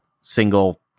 single